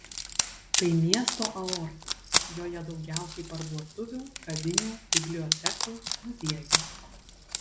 tai miesto aorta joje daugiausiai parduotuvių kavinių bibliotekų muziejų